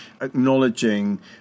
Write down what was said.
Acknowledging